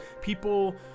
People